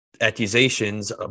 accusations